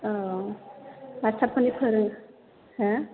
औ मास्टारफोरनि फोरों हो